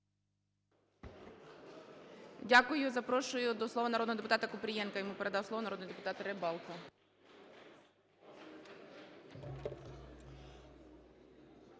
Дякую. Запрошую до слова народного депутата Купрієнка. Йому передав слово народний депутат Рибалка.